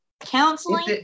Counseling